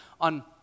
on